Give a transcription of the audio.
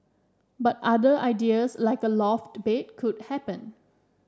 but other ideas like a loft bed could happen